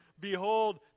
Behold